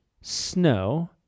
snow